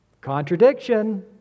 Contradiction